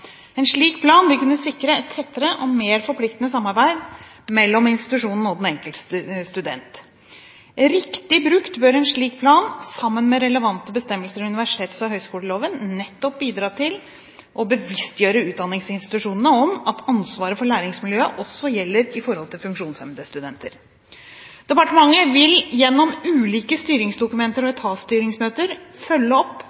En slik plan vil kunne sikre et tettere og mer forpliktende samarbeid mellom institusjonene og den enkelte student. Riktig brukt bør en slik plan, sammen med relevante bestemmelser i universitets- og høyskoleloven, nettopp bidra til å bevisstgjøre utdanningsinstitusjonene om at ansvaret for læringsmiljøet også gjelder for funksjonshemmede studenter. Departementet vil gjennom ulike styringsdokumenter og etatsstyringsmøter følge opp